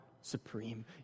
supreme